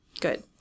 good